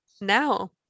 now